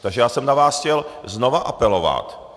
Takže já jsem na vás chtěl znova apelovat.